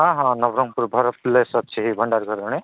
ହଁ ହଁ ନବରଙ୍ଗପୁର ଭଲ ପ୍ଲେସ୍ ଅଛି ଭଣ୍ଡାର ଝରଣୀ